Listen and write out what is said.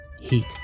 heat